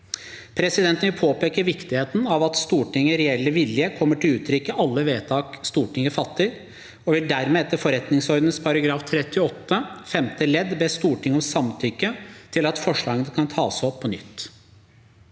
Presidenten vil påpeke viktigheten av at Stortingets reelle vilje kommer til uttrykk i alle vedtak Stortinget fatter, og vil dermed etter forretningsordenen § 38 femte ledd be om Stortingets samtykke til at forslagene kan tas opp på nytt.